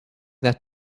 that